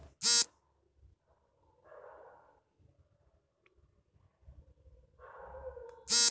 bank ಅಕೌಂಟ್ಗೆ mobile number ಸೇರಿಸಬೇಕು ಎಂದು ರಾಮಣ್ಣ ಹೇಳಿದ